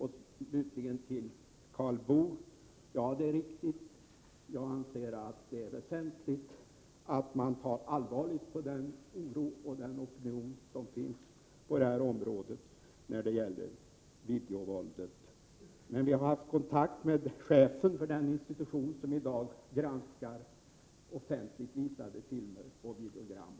Slutligen: Det är riktigt, Karl Boo, att det är väsentligt att man tar allvarligt på den oro och den opinion som finns när det gäller videovåld. Vi har haft kontakt med chefen för den institution som i dag granskar offentligt visad film och videogram.